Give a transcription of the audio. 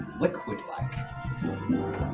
liquid-like